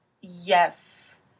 Yes